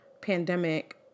pandemic